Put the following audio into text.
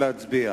נא להצביע.